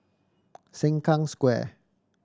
Sengkang Square